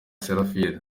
seraphine